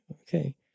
Okay